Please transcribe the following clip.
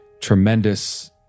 tremendous